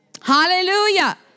Hallelujah